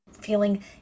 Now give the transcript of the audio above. feeling